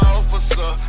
Officer